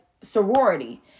sorority